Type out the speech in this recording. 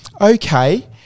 Okay